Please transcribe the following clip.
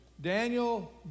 Daniel